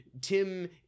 tim